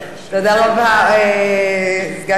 סגן יושב-ראש הכנסת, אנחנו נודיע למזכירות.